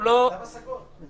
התו הסגול זה